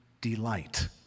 delight